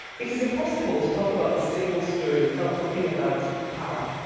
it is impossible to talk about the single story without talking about power.